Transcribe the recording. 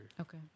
Okay